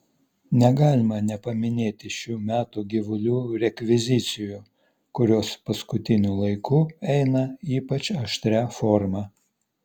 negalima nepaminėti šių metų gyvulių rekvizicijų kurios paskutiniu laiku eina ypač aštria forma